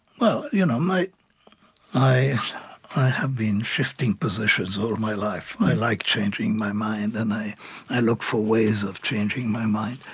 so you know i i have been shifting positions all my life. i like changing my mind, and i i look for ways of changing my mind.